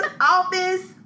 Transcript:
office